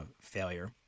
failure